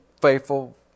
faithful